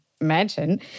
imagine